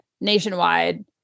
nationwide